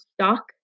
stock